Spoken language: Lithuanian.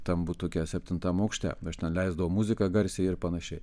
tam butuke septintam aukšte aš ten leisdavau muziką garsiai ir panašiai